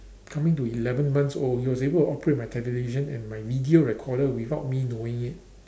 coming to eleven months old he was able to operate my television and my video recorder without me knowing it